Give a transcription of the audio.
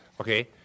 Okay